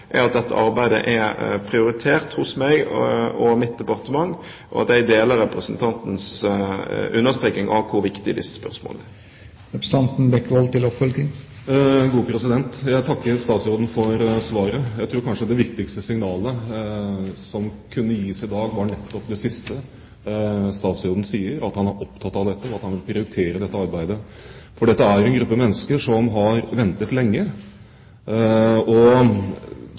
er at dette arbeidet er prioritert hos meg og mitt departement, og at jeg er enig i representantens understreking av hvor viktige disse spørsmålene er. Jeg takker statsråden for svaret. Jeg tror kanskje det viktigste signalet som kunne gis i dag, var nettopp det siste statsråden sa, at han er opptatt av dette, og at han vil prioritere dette arbeidet. Dette er en gruppe mennesker som har ventet lenge.